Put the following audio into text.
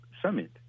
summit